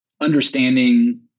understanding